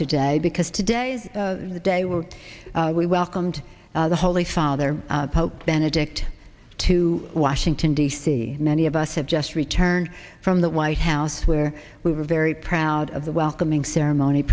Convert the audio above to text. today because today is the day we're we welcomed the holy father pope benedict to washington d c many of us have just returned from the white house where we were very proud of the welcoming ceremony